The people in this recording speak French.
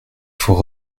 faut